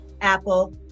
Apple